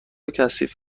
کثیف